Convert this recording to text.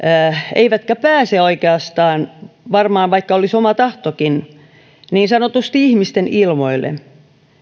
eivätkä pääse oikeastaan varmaan vaikka olisi oma tahtokin niin sanotusti ihmisten ilmoille